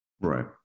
Right